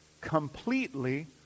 completely